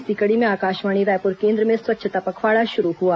इसी कड़ी में आकाशवाणी रायपुर केन्द्र में स्वच्छता पखवाड़ा शुरू हुआ